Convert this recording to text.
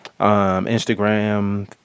Instagram